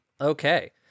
okay